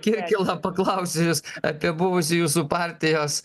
kirkilą paklausiu jus apie buvusį jūsų partijos